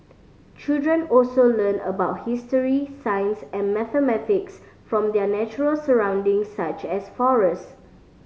children also learn about history science and mathematics from their natural surrounding such as forest